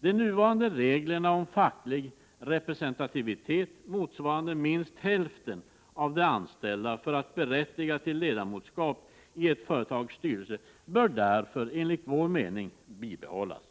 De nuvarande reglerna om facklig representativitet motsvarande minst hälften av de anställda för att berättiga tillledamotskapi ett företags styrelse bör därför enligt vår mening bibehållas.